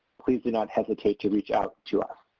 please do not hesitate to reach out to us.